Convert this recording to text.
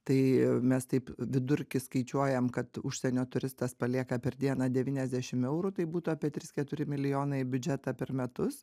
tai mes taip vidurkį skaičiuojam kad užsienio turistas palieka per dieną devyniasdešim eurų tai būtų apie trys keturi milijonai į biudžetą per metus